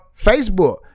facebook